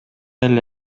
эле